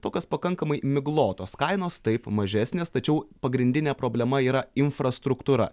tokios pakankamai miglotos kainos taip mažesnės tačiau pagrindinė problema yra infrastruktūra